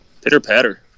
Pitter-patter